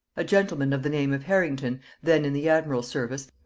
a gentleman of the name of harrington, then in the admiral's service,